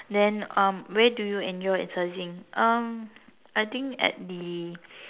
then um where do you enjoy exercising um I think at the